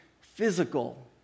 physical